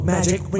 Magic